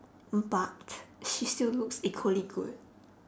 but she still looks equally good